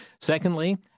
Secondly